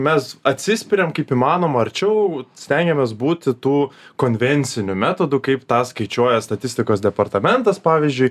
mes atsispiriam kaip įmanoma arčiau stengiamės būti tų konvencinių metodų kaip tą skaičiuoja statistikos departamentas pavyžiui